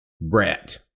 Brett